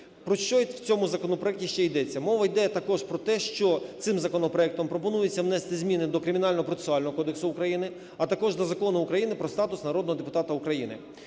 Про що в цьому законопроекті ще йдеться. Мова йде також про те, що цим законопроектом пропонується внести зміни до Кримінально-процесуального кодексу України. А також до Закону України "Про статус народного депутата України".